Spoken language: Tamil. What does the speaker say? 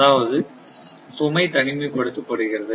அதாவது சுமை தனிமைப் படுத்தப்படுகிறது